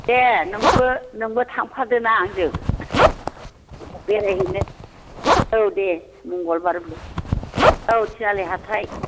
दे नोंबो थांफादोना आंजों बेरायहैनो औ दे मंगलबारबो औ तिनालि हाथाय